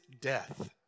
death